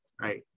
right